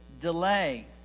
delay